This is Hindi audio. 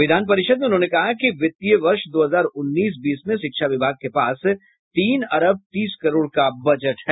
विधान परिषद में उन्होंने कहा कि वित्तीय वर्ष दो हजार उन्नीस बीस में शिक्षा विभाग के पास तीन अरब तीस करोड़ का बजट है